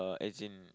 as in